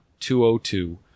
202